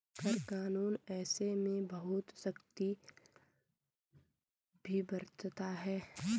कर कानून ऐसे में बहुत सख्ती भी बरतता है